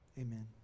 Amen